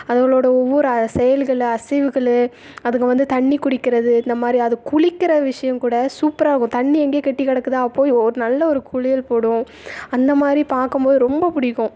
அதுங்களோட ஒவ்வொரு செயல்களும் அசைவுகளும் அதுங்கள் வந்து தண்ணி குடிக்கிறது இந்தமாதிரி அது குளிக்கிற விஷயம் கூட சூப்பராக இருக்கும் தண்ணி எங்கே கொட்டி கிடக்குதா போய் ஒரு நல்ல ஒரு குளியல் போடும் அந்தமாதிரி பார்க்கம்போது ரொம்ப பிடிக்கும்